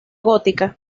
gótica